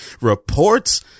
reports